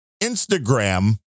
Instagram